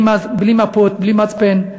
והלכנו בלי מפות, בלי מצפן.